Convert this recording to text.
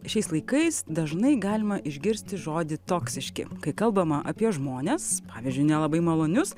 šiais laikais dažnai galima išgirsti žodį toksiški kai kalbama apie žmones pavyzdžiui nelabai malonius